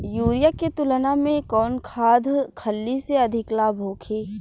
Urea के तुलना में कौन खाध खल्ली से अधिक लाभ होखे?